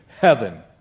heaven